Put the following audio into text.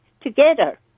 together